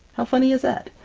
how funny is that?